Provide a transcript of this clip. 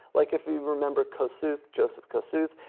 like, if you remember kosuth, joseph kosuth,